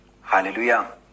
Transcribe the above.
Hallelujah